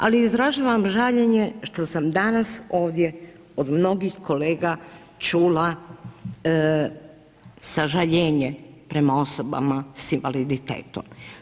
Ali izražavam žaljenje što sam danas ovdje od mnogih kolega čula sažaljenje prema osobama sa invaliditetom.